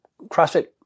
CrossFit